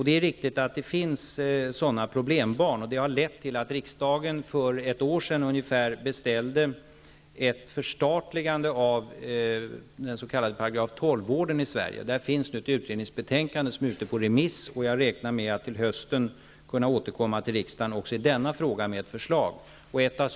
Det är riktigt att det finns sådana problembarn, och det har lett till att riksdagen för ungefär ett år sedan beställde ett förstatligande av den s.k. § 12-vården i Sverige. Det finns nu ett utredningsbetänkande som är ute på remiss, och jag räknar med att till hösten kunna återkomma till riksdagen också i denna fråga med ett förslag.